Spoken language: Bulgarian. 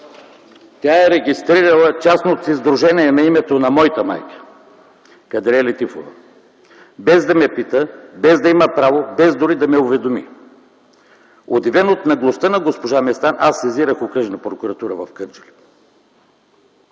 тя е регистрирала частното си сдружение на името на моята майка – Кадрие Лятифова, без да ме пита, без да има право, без дори да ме уведоми. Удивен от наглостта на госпожа Местан аз сезирах Окръжната прокуратура в Кърджали.